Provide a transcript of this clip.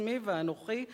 עצמי ואנוכי,